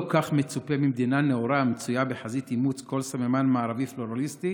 לא כך מצופה ממדינה נאורה המצויה בחזית אימוץ כל סממן מערבי פלורליסטי